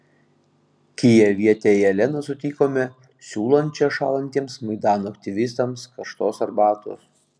kijevietę jeleną sutikome siūlančią šąlantiems maidano aktyvistams karštos arbatos